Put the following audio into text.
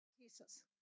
Jesus